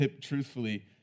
truthfully